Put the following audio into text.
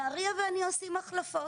נהריה ואני עושים החלפות,